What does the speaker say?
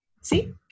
See